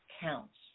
counts